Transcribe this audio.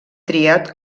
triat